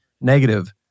negative